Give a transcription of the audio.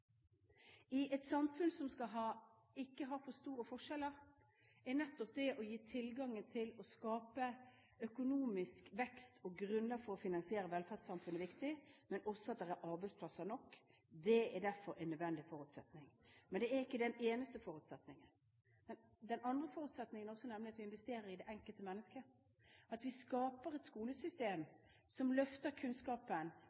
I et samfunn som ikke skal ha for store forskjeller, er nettopp det å gi tilgang til å skape økonomisk vekst og grunnlag for å finansiere velferdssamfunnet viktig, men også at det er arbeidsplasser nok. Det er derfor en nødvendig forutsetning. Men det er ikke den eneste forutsetningen. Den andre forutsetningen er nemlig at vi også investerer i det enkelte mennesket, at vi skaper et